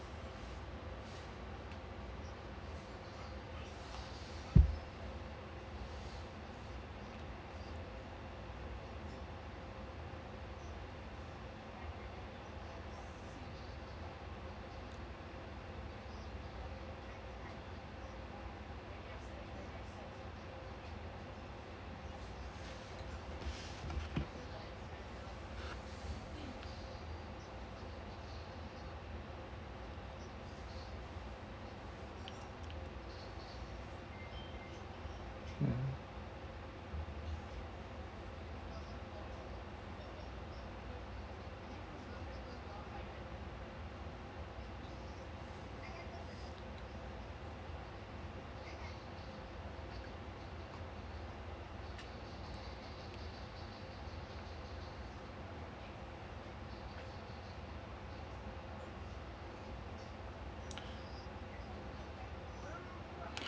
mm